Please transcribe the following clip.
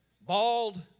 bald